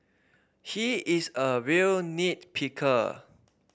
he is a real nit picker